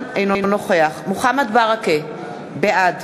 אינו נוכח מוחמד ברכה, בעד